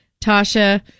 Tasha